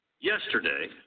Yesterday